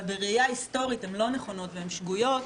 בראייה היסטורית הן לא נכונות והן שגויות.